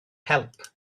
help